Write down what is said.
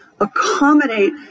accommodate